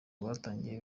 rwatangiye